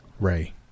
Ray